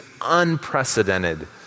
unprecedented